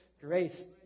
Grace